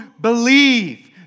believe